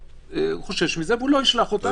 הוא חושש מזה והוא לא ישלח אותם.